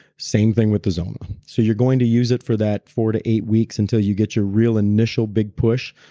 same thing with the zona so you're going to use it for that four to eight weeks until you get your real initial big push,